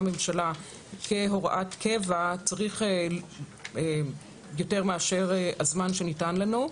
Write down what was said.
הממשלה כהוראת קבע צריך יותר מאשר הזמן שניתן לנו.